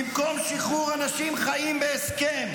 לגבורה, במקום שחרור אנשים חיים בהסכם.